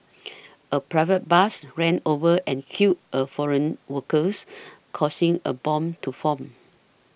a private bus ran over and killed a foreign workers causing a bom to form